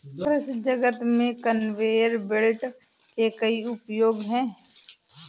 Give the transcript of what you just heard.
कृषि जगत में कन्वेयर बेल्ट के कई उपयोग हैं